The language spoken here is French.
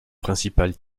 principal